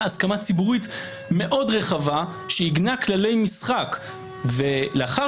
הסכמה ציבורית מאוד רחבה שעיגנה כללי משחק ולאחר